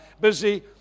busy